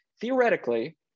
Theoretically